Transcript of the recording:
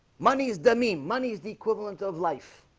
money is duh mean money is the equivalent of life